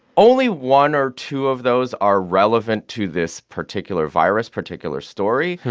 only one or two of those are relevant to this particular virus, particular story.